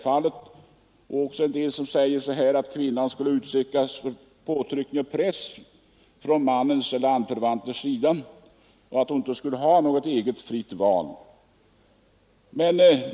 Det har också sagts att kvinnan skulle utsättas för påtryckning från mannens eller anförvanters sida och att hon då inte skulle ha något eget fritt val.